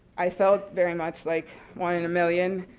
i felt very much like one in a million.